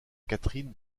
catherine